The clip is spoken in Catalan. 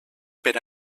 per